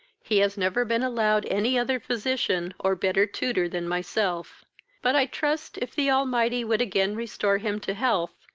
he has never been allowed any other physician, or better tutor than myself but i trust, if the almighty would again restore him to health,